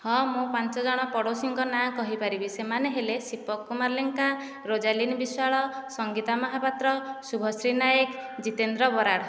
ହଁ ମୁଁ ପାଞ୍ଚ ଜଣ ପଡ଼ୋଶୀଙ୍କ ନାଁ କହିପାରିବି ସେମାନେ ହେଲେ ଶିବ କୁମାର ଲେଙ୍କା ରୋଜାଲିନ୍ ବିଶ୍ଵାଳ ସଙ୍ଗୀତା ମହାପାତ୍ର ଶୁଭଶ୍ରୀ ନାଏକ ଜିତେନ୍ଦ୍ର ବରାଡ଼